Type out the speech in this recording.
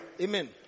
amen